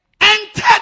entered